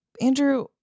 andrew